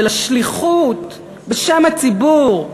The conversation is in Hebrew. של השליחות בשם הציבור?